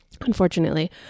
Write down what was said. unfortunately